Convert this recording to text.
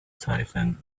tightened